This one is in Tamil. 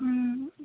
ம்